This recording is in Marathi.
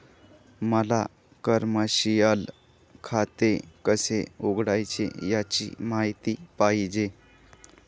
मला कमर्शिअल खाते कसे उघडायचे याची माहिती पाहिजे